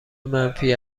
منفی